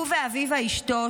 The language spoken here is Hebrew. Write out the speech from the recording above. הוא ואביבה אשתו,